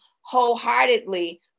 wholeheartedly